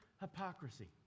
hypocrisy